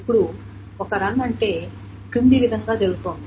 ఇప్పుడు ఒక రన్ అంటే కింది విధంగా జరుగుతోంది